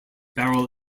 barrel